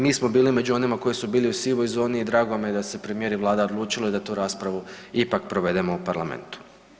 Mi smo bili među onima koji su bili u sivoj zoni i drago mi je da se premijer i Vlada odlučilo i da tu raspravu ipak provedemo u parlamentu.